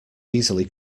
easily